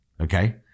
Okay